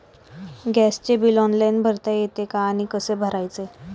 गॅसचे bill online भरता येते का आणि कसे भरायचे?